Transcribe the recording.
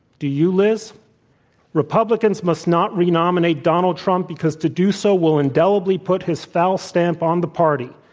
do you, liz? republicans must not re-nominate donald trump because, to do so, will indelibly put his foul stamp on the party.